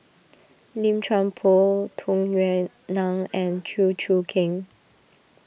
Lim Chuan Poh Tung Yue Nang and Chew Choo Keng